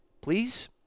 please